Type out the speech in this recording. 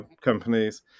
companies